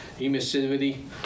emissivity